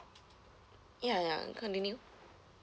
ya ya continue